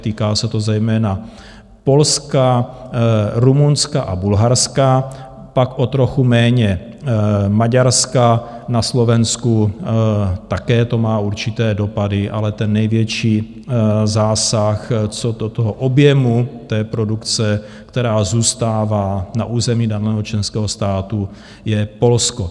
Týká se to zejména Polska, Rumunska a Bulharska, pak o trochu méně Maďarska, na Slovensku také to má určité dopady, ale ten největší zásah co do objemu produkce, která zůstává na území daného členského státu, je Polsko.